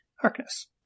Harkness